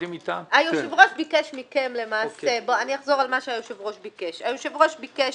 אני אחזור על מה שהיושב ראש ביקש: היושב ראש ביקש